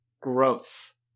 Gross